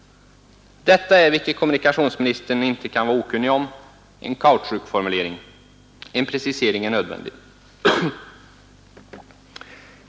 Detta är, vilket kommunikationsministern inte kan vara okunnig om, en kautschukformulering. En precisering är nödvändig!